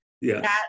Yes